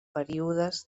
períodes